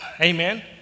Amen